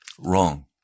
Wrong